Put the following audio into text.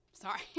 sorry